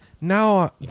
now